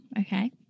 Okay